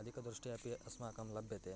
अधिका दृष्टिः अपि अस्माकं लभ्यते